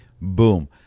Boom